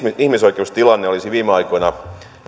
ihmisoikeustilanne olisi viime aikoina